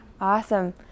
awesome